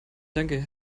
danke